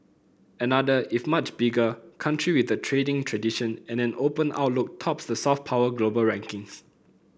another if much bigger country with a trading tradition and an open outlook tops the soft power global rankings